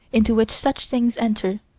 into which such things enter,